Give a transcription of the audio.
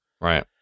Right